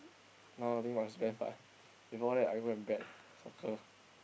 nowadays must bet uh before that I go and bet soccer